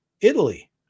Italy